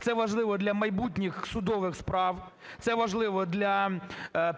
це важливо для майбутніх судових справ, це вважливо для